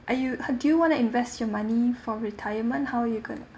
are you uh do you want to invest your money for retirement how you can